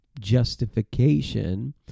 justification